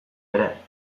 ere